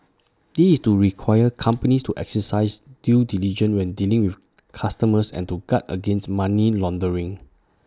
this is to require companies to exercise due diligence when dealing with customers and to guard against money laundering